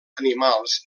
animals